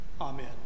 Amen